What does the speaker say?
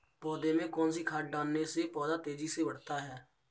पौधे में कौन सी खाद डालने से पौधा तेजी से बढ़ता है?